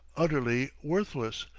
utterly worthless,